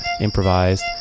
improvised